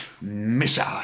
Missile